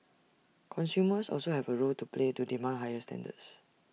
consumers also have A role to play to demand higher standards